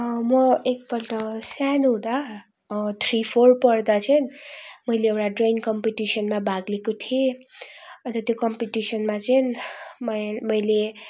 म एक पल्ट सानो हुँदा थ्री फोर पढ्दा चाहिँ मैले एउटा ड्रयिङ कम्पिटिसनमा भाग लिएको थिएँ अन्त त्यो कम्पिटिसनमा चाहिँ म मैले